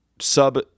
Sub